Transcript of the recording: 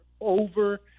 Over